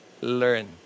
learn